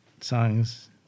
songs